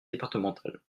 départemental